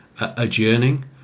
adjourning